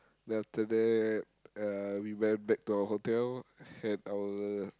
then after that uh we went back to our hotel had our